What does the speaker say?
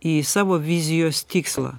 į savo vizijos tikslą